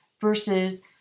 Versus